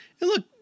look